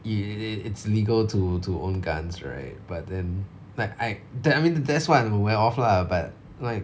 it it it's legal to to own guns right but then but I that I mean that's what I'm aware of lah but like